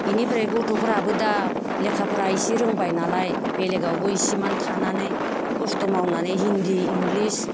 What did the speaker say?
बेनिफ्राय गथ'फ्राबो दा लेखा फरा इसे रोंबाय नालाय बेलेगावबो इसेमान थानानै कस्त' मावनानै हिन्दी इंलिस